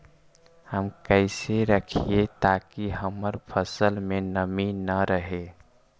हम कैसे रखिये ताकी हमर फ़सल में नमी न रहै?